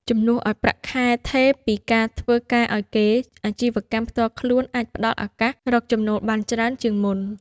ជំនួសឱ្យប្រាក់ខែថេរពីការធ្វើការឱ្យគេ អាជីវកម្មផ្ទាល់ខ្លួនអាចផ្តល់ឱកាសរកចំណូលបានច្រើនជាងមុន។